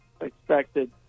expected